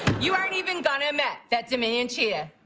you aren't even going admit that dominion cheated.